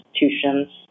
institutions